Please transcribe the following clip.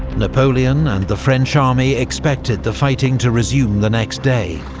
napoleon and the french army expected the fighting to resume the next day.